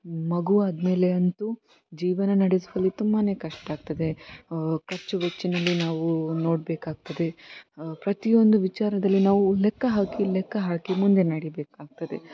ಮಗು ಆದಮೇಲೆ ಅಂತೂ ಜೀವನ ನಡೆಸಲು ತುಂಬಾ ಕಷ್ಟ ಆಗ್ತದೆ ಖರ್ಚುವೆಚ್ಚಿನಲ್ಲಿ ನಾವು ನೋಡಬೇಕಾಗ್ತದೆ ಪ್ರತಿಯೊಂದು ವಿಚಾರದಲ್ಲಿ ನಾವು ಲೆಕ್ಕ ಹಾಕಿ ಲೆಕ್ಕ ಹಾಕಿ ಮುಂದೆ ನಡಿಬೇಕಾಗ್ತದೆ